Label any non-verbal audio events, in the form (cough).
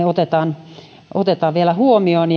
(unintelligible) otetaan otetaan vielä huomioon (unintelligible)